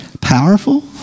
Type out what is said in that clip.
powerful